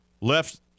left